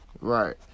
Right